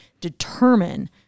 determine